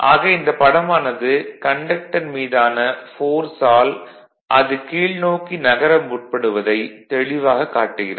ஆக இந்தப் படமானது கண்டக்ரின் மீதான ஃபோர்ஸ் ஆல் அது கீழ்நோக்கி நகர முற்படுவதை தெளிவாகக் காட்டுகிறது